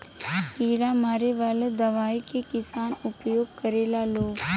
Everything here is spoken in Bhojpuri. कीड़ा मारे वाला दवाई के किसान उपयोग करेला लोग